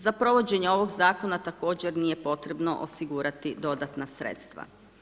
Za provođenje ovog zakona također nije potrebno osigurati dodatna sredstva.